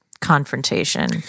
confrontation